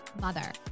Mother